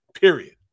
period